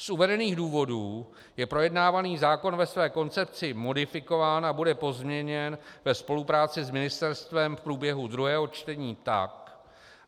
Z uvedených důvodů je projednávaný zákon ve své koncepci modifikován a bude pozměněn ve spolupráci s ministerstvem v průběhu druhého čtení tak,